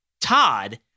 Todd